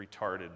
retarded